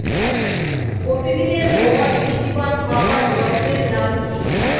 প্রতিদিনের গড় বৃষ্টিপাত মাপার যন্ত্রের নাম কি?